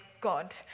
God